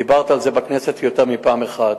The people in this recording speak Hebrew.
דיברת על זה בכנסת יותר מפעם אחת.